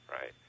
right